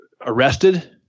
arrested